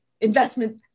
investment